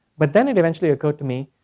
but then it eventually occurred to me,